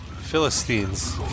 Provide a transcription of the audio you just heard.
Philistines